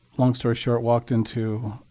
long story short, walked into